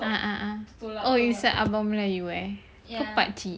ah ah ah oh tu abang melayu eh ke pakcik